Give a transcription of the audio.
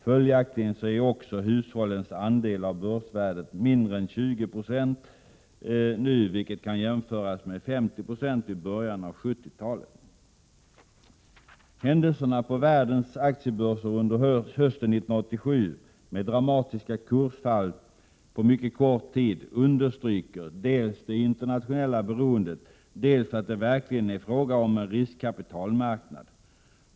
Följaktligen är också hushållens andel av börsvärdet nu mindre än 20 96, vilket kan jämföras med 50 90 vid början av 70-talet. Händelserna på världens aktiebörser under hösten 1987 med dramatiska kursfall på mycket kort tid understryker dels det internationella beroendet, dels att det verkligen är fråga om en riskkapitalmarknad.